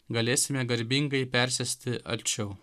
galėsime garbingai persėsti arčiau